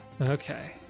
Okay